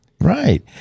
Right